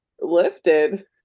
Lifted